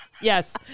Yes